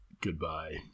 Goodbye